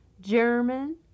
German